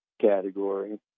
category